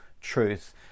truth